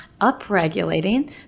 upregulating